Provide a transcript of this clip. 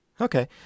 Okay